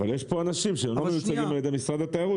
אבל יש פה אנשים שלא מיוצגים על משרד התיירות,